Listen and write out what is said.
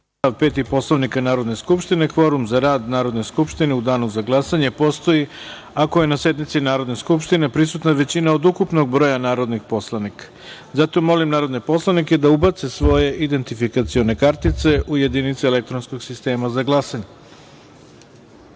5. Poslovnika Narodne skupštine, kvorum za rad Narodne skupštine u danu za glasanje postoji ako je na sednici Narodne skupštine prisutna većina od ukupnog broja narodnih poslanika. Molim narodne poslanike da ubace svoje identifikacione kartice u jedinice elektronskog sistema za